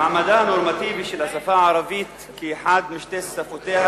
מעמדה הנורמטיבי של השפה הערבית כאחת משתי שפותיה